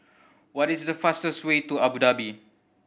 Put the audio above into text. what is the fastest way to Abu Dhabi